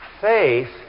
faith